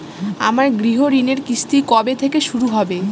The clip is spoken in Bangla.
আমার গৃহঋণের কিস্তি কবে থেকে শুরু হবে?